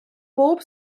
bob